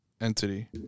entity